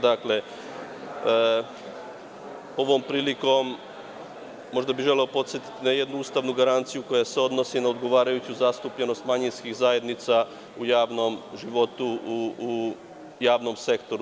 Dakle, ovom prilikom, možda bih želeo podsetiti na jednu ustavnu garanciju koja se odnosi na odgovarajuću zastupljenost manjinskih zajednica u javnom životu u javnom sektoru.